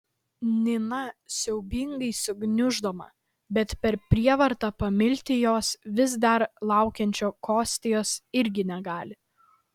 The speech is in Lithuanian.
nina siaubingai sugniuždoma bet per prievartą pamilti jos vis dar laukiančio kostios irgi negali